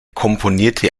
komponierte